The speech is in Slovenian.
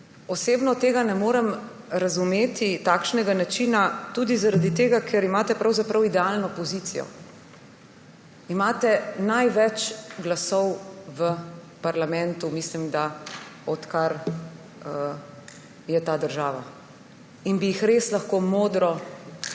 Osebno tega ne morem razumeti, takšnega načina, tudi zaradi tega, ker imate pravzaprav idealno pozicijo. Imate največ glasov v parlamentu, mislim, da odkar je ta država, in bi jih res lahko modro